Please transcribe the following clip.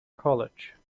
college